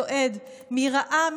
צועד?! // מי ראה,